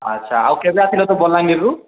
ଆଚ୍ଛା ଆଉ କେବେ ଆସିଲ ତ ବଲାଙ୍ଗୀରିରୁ